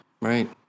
Right